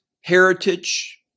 heritage